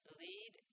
lead